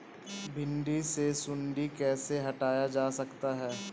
भिंडी से सुंडी कैसे हटाया जा सकता है?